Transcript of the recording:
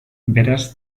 beraz